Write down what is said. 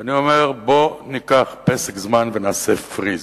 ואני אומר בואו ניקח פסק זמן ונעשה freeze.